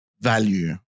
value